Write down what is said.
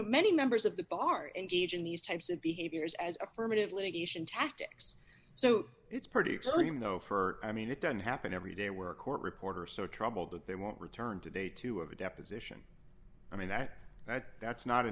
know many members of the bar in gauging these types of behaviors as affirmative litigation tactics so it's pretty exciting though for i mean it doesn't happen every day where a court reporter so troubled that they won't return to day two of a deposition i mean that that that's not